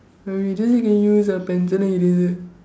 when we just can use a pencil then you didn't